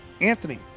Anthony